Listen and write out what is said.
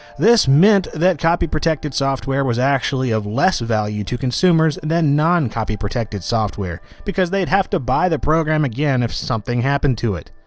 this meant that copy protected software was actually of less value to consumers, than non copy protected software, because they'd have to buy the program again if something happened to it.